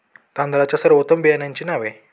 तांदळाच्या सर्वोत्तम बियाण्यांची नावे?